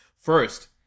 First